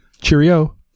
Cheerio